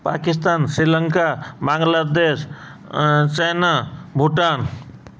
Pakistan Sri Lanka Bangladesh China Bhutan